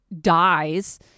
dies